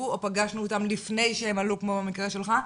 או פגשנו אותם לפני שהם עלו כמו במקרה שלך,